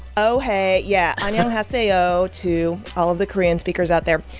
oh, hey. yeah, annyeonghaseyo to all of the korean speakers out there.